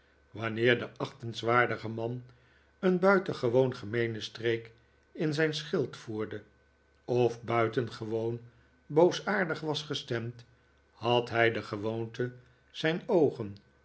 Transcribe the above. wanneer de achtenswaardige man een buitengewoon gemeene streek in zijn schild voerde of buitengewoon boosaardig was gestemd had hij de gewoonte zijn oogen